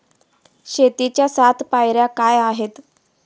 शेतीच्या सात पायऱ्या काय आहेत?